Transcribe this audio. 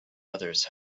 others